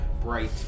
bright